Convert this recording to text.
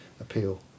appeal